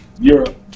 Europe